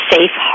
Safe